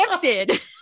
gifted